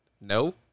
No